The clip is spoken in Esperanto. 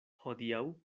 hodiaŭ